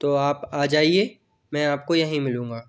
तो आप आ जाइए मैं आपको यहीं मिलूँगा